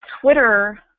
Twitter